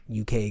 UK